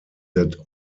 that